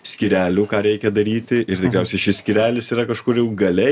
skyrelių ką reikia daryti ir tikriausiai šis skyrelis yra kažkur jau gale